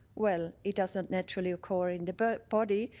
well, it doesn't naturally occur in the but body,